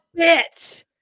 Bitch